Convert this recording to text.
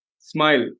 Smile